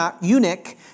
eunuch